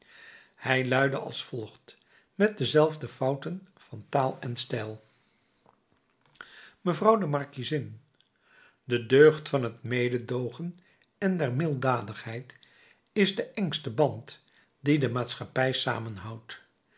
hij luidde als volgt met dezelfde fouten van taal en stijl mevrouw de markiezin de deugd van het mededoogen en der milddadigheid is de engste band die de maatschappij